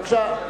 בבקשה.